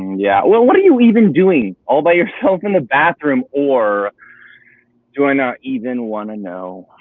yeah, well, what are you even doing all by yourself in the bathroom? or do i not even wanna know?